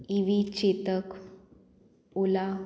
E V Chetak ola